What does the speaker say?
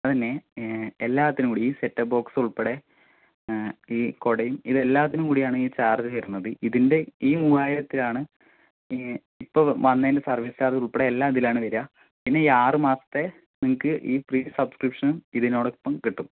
അതുതന്നെ എല്ലാത്തിനുംകൂടി ഈ സെറ്റബോക്സ് ഉൾപ്പെടെ ഈ കുടയും ഇത് എല്ലാത്തിനുംകൂടിയാണ് ഈ ചാർജ് വരുന്നത് ഇതിൻ്റെ ഈ മൂവ്വായിരത്തിലാണ് ഈ ഇപ്പോൾ വന്നെൻ്റെ സർവീസ് ചാർജ് ഉൾപ്പെടെ എല്ലാം ഇതിലാണ് വരിക പിന്നെ ഈ ആറുമാസത്തെ നിങ്ങൾക്ക് ഈ പ്രീ സബ്സ്ക്രിപ്ഷനും ഇതിനോടൊപ്പം കിട്ടും